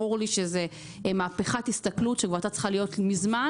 ברור לי שזו מהפיכת הסתכלות שכבר הייתה צריכה להיות מזמן.